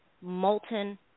molten